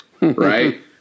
right